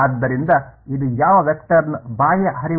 ಆದ್ದರಿಂದ ಇದು ಯಾವ ವೆಕ್ಟರ್ನ ಬಾಹ್ಯ ಹರಿವು ಆಗುತ್ತದೆ ಸರಿ